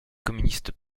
communistes